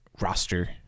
roster